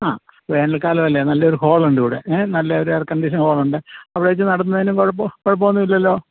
ആ വേനൽക്കാലമല്ലേ നല്ലെയൊരു ഹോളുണ്ടിവിടെ ഏഹ് നല്ല ഒരു എയർ കണ്ടീഷൻ ഹോളുണ്ട് അവിടെ വെച്ച് നടത്തുന്നതിനും കുഴപ്പം കുഴപ്പമൊന്നുമില്ലല്ലോ